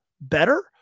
better